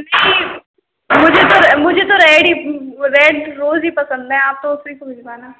नहीं मुझे तो मुझे तो रेड ही रेड रोज़ ही पसंद हैं हाँ तो उसी को भिजवाना